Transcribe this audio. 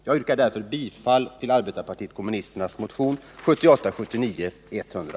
Jag yrkar därför bifall till arbetarpartiet kommunisternas motion nr 100.